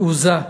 תעוזה,